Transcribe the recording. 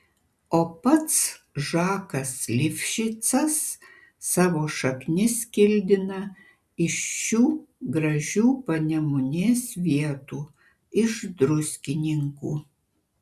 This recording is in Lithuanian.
o pats žakas lifšicas savo šaknis kildina iš šių gražių panemunės vietų iš druskininkų